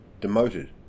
demoted